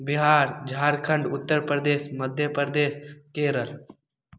Bihar Jharkhand Uttar Pradesh Madhya Pradesh Kerala